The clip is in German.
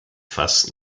fast